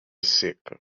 seca